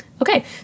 Okay